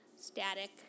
static